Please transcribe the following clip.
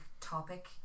topic